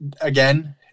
again